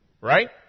Right